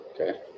Okay